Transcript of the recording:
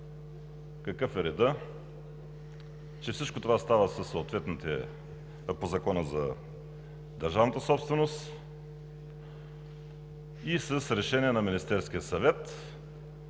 какъв е редът – че всичко това става по Закона за държавната собственост и с решение на Министерския съвет,